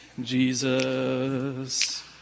Jesus